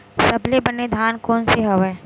सबले बने धान कोन से हवय?